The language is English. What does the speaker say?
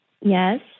Yes